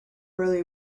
early